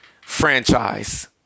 franchise